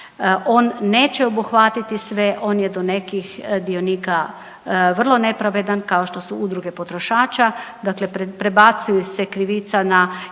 on neće obuhvatiti sve, on je do nekih dionika vrlo nepravedan kao što su udruge potrošača, dakle prebacuje se krivica na jedinice